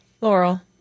Laurel